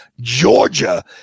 Georgia